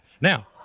Now